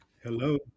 Hello